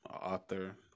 author